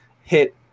hit